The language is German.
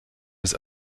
des